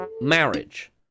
marriage